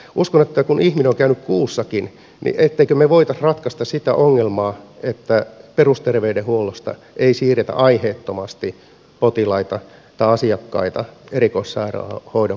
kun ihminen on käynyt kuussakin niin en epäile ettemmekö me voisi ratkaista sitä ongelmaa niin että perusterveydenhuollosta ei siirretä aiheettomasti potilaita tai asiakkaita erikoissairaanhoidon puolelle